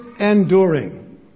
enduring